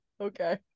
Okay